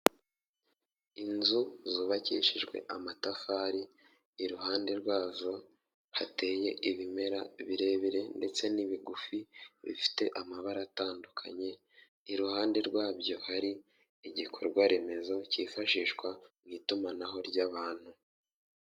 Inzu zubakishijwe amatafari iruhande rwazo hateye ibimera birebire ndetse n'ibigufi bifite amabara atandukanye iruhande rwabyo hari igikorwa remezo cyifashishwa mu itumanaho ry'abantu.